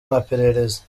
maperereza